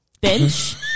bench